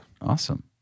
awesome